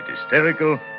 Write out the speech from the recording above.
hysterical